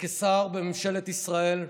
וכשר בממשלת ישראל.